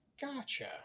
Gotcha